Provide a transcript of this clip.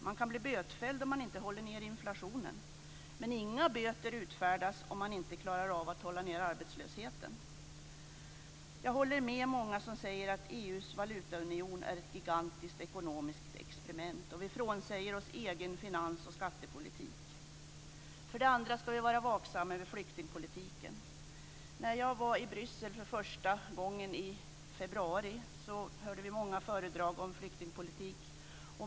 Man kan bli bötfälld om man inte håller nere inflationen, men inga böter utfärdas om man inte klarar av att hålla nere arbetslösheten. Jag håller med många som säger att EU:s valutaunion är ett gigantiskt ekonomiskt experiment. Och vi frånsäger oss egen finans och skattepolitik. För det andra ska vi vara vaksamma över flyktingpolitiken. När jag i februari var i Bryssel för första gången hörde vi många föredrag om flyktingpolitik.